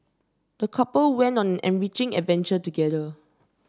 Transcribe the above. the couple went on an enriching adventure together